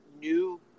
new